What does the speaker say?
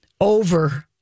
over